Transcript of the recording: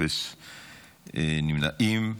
אפס נמנעים.